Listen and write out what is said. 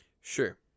Sure